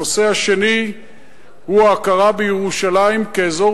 הנושא השני הוא ההכרה בירושלים כאזור